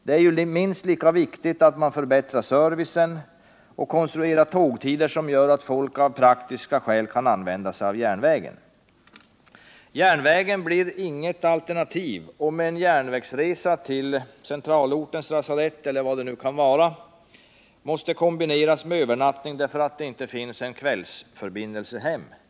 Det är minst lika viktigt att man förbättrar servicen och konstruerar tågtider som gör att folk av praktiska skäl kan använda sig av järnvägen. Järnvägen blir inget alternativ om en järn vägsresa till centralortens lasarett, eller vad det nu kan vara, måste kombineras med övernattning därför att det inte finns någon kvällsförbindelse hem.